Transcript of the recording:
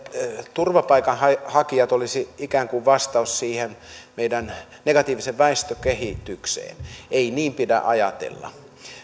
turvapaikanhakijat olisivat ikään kuin vastaus siihen meidän negatiiviseen väestökehitykseen ei niin pidä ajatella